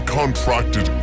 contracted